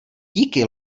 díky